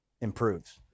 improves